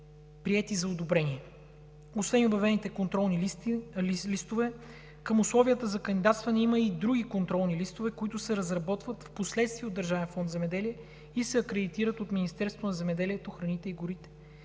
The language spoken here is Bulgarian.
приети за одобрение. Освен обявените контролни листове, към условията за кандидатстване има и други контролни листове, които се разработват впоследствие от Държавен фонд „Земеделие“ и се акредитират от Министерството на земеделието, храните и горите.